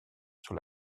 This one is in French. sur